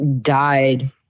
died